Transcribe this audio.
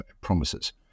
promises